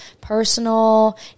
personal